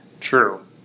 True